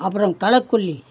அப்புறம் களைக்கொல்லி